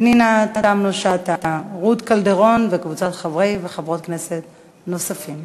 פנינה תמנו-שטה ורות קלדרון וקבוצת חברות וחברי כנסת נוספים,